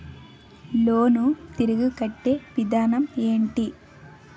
Loan తిరిగి కట్టే విధానం ఎంటి?